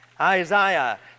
Isaiah